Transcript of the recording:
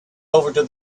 over